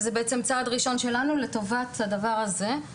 וזה בעצם צעד ראשון שלנו לטובת הדבר הזה.